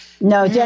No